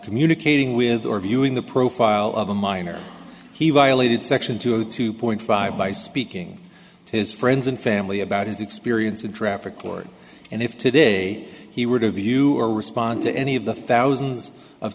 communicating with or viewing the profile of a minor he was elated section two hundred two point five by speaking to his friends and family about his experience in traffic court and if today he were to view or respond to any of the thousands of